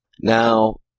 Now